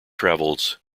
travels